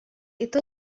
itu